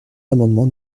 l’amendement